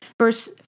Verse